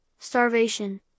starvation